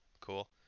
cool